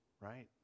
right